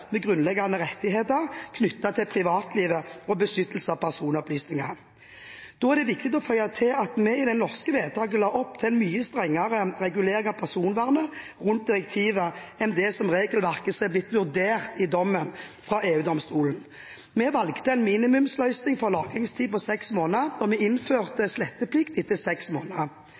med grunnleggende rettigheter knyttet til privatliv og beskyttelse av personopplysninger. Da er det viktig å føye til at vi i det norske vedtaket la opp til en mye strengere regulering av personvernet rundt direktivet enn det regelverket som har blitt vurdert i dommen fra EU-domstolen. Vi valgte en minimumsløsning for lagringstid på seks måneder og innførte sletteplikt etter seks måneder.